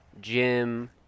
gym